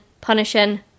punishing